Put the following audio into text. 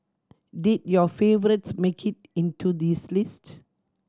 did your favourites make it into this list